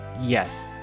Yes